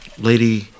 Lady